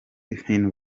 ibintu